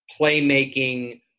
playmaking